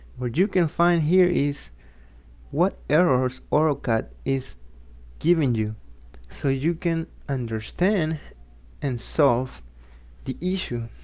what you can find here is what errors autocad is giving you so you can understand and solve the issue,